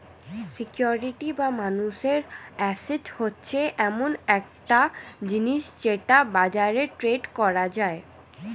security বা মানুষের asset হচ্ছে এমন একটা জিনিস যেটা বাজারে ট্রেড করা যায়